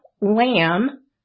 lamb